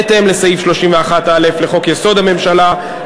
בהתאם לסעיף 31(א) לחוק-יסוד: הממשלה,